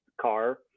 car